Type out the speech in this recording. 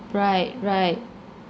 right right